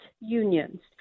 unions